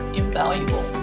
invaluable